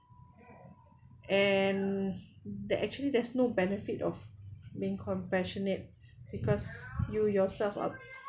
and they actually there's no benefit of being compassionate because you yourself up